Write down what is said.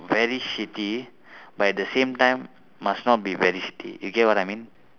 very shitty but at the same time must not be very shitty you get what I mean